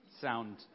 sound